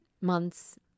month's